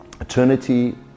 Eternity